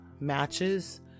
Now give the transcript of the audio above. matches